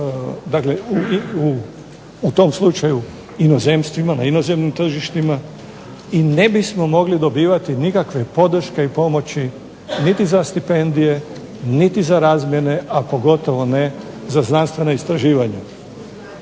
u tom slučaju inozemstvima, na inozemnim tržištima i ne bismo mogli dobivati nikakve podrške i pomoći niti za stipendije, niti za razmjene, a pogotovo ne za znanstvena istraživanja.